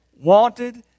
wanted